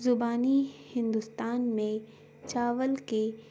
زبانی ہندوستان میں چاول کے